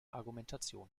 argumentation